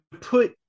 put